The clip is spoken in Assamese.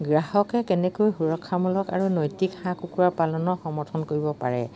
গ্ৰাহকে কেনেকৈ সুৰক্ষামূলক আৰু নৈতিক হাঁহ কুকুৰা পালনৰ সমৰ্থন কৰিব পাৰে